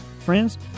friends